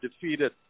defeated